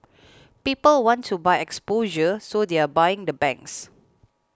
people want to buy exposure so they're buying the banks